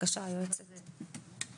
בבקשה היועצת המשפטית.